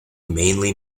mainly